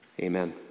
Amen